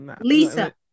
Lisa